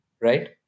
right